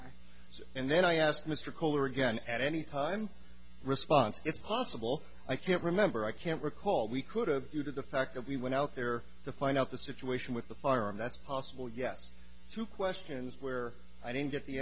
time and then i asked mr koehler again at any time response it's possible i can't remember i can't recall we could do to the fact that we went out there to find out the situation with the firearm that's possible yes two questions where i didn't get the